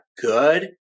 good